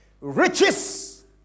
Riches